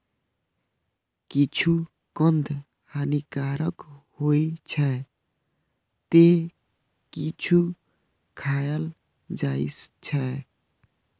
किछु कंद हानिकारक होइ छै, ते किछु खायल जाइ छै